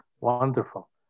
Wonderful